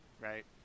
right